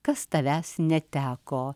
kas tavęs neteko